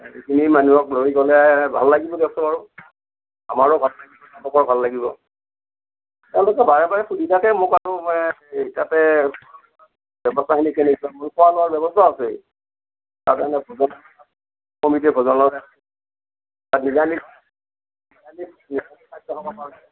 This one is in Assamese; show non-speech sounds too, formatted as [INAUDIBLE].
এইখিনি মানুহক লৈ গ'লে ভাল লাগিব দিয়কচোন আৰু আমাৰো ভাল লাগিব তেওঁলোকৰো ভাল লাগিব অঁ তাতে বাৰে বাৰে সুধি থাকে মোক আৰু তাতে খোৱা লোৱা ব্যৱস্থাখিনি কেনেকুৱা [UNINTELLIGIBLE] খোৱা লোৱা ব্যৱস্থাও আছে তাত এনেই [UNINTELLIGIBLE] কমিটি ভোজনালয় তাত নিৰামিষ হা নিৰামিষ নিৰামিষ খাদ্য খাব পাৰে